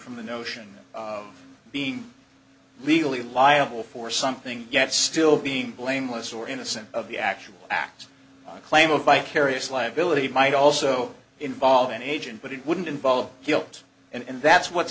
from the notion of being legally liable for something yet still being blameless or innocent of the actual acts a claim of vicarious liability might also involve an agent but it wouldn't involve guilt and that's what